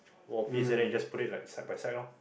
wall piece and then you just put it like side by side ah